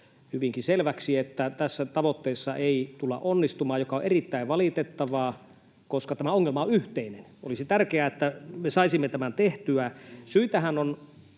hyvinkin selväksi, että tässä tavoitteessa ei tulla onnistumaan, mikä on erittäin valitettavaa, koska tämä ongelma on yhteinen. Olisi tärkeää, että me saisimme tämän tehtyä. Syitähän on